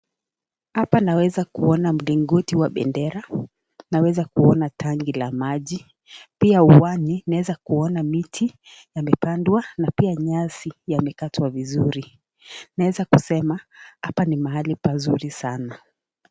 Hapa naweza kuona mlingoti wa bendera, naweza kuona tangi la maji, pia uwani naweza kuona miti yamepandwa na pia nyasi yamekatwa vizuri, naweza kusema hapa ni mahali pazuri sana.